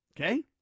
Okay